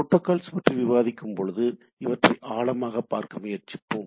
protocols பற்றி விவாதிக்கும்போது இவற்றை ஆழமாகப் பார்க்க முயற்சிப்போம்